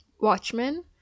watchmen